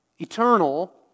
eternal